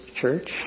church